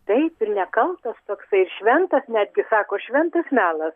taip ir nekaltas toksai ir šventas netgi sako šventas melas